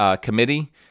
committee